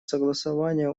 согласования